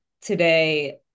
today